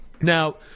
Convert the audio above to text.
Now